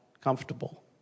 comfortable